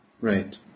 Right